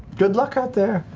good luck out there.